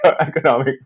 economic